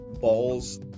balls